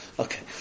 Okay